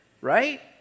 right